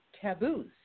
taboos